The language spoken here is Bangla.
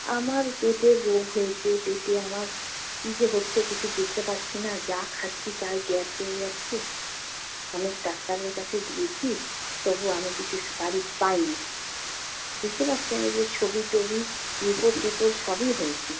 আমার পেটের রোগ হয়েছে পেটে আমার কী যে হচ্ছে কিছু বুঝতে পারছি না যা খাচ্ছি তাই গ্যাস হয়ে যাচ্ছে অনেক ডাক্তারের কাছে গিয়েছি তবু আমি কিছু সুপারিশ পাইনি বুঝতে পারছেন এবারে ছবি টবি রিপোর্ট টিপোর্ট সবই হয়েছে